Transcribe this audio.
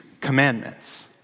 commandments